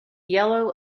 yellow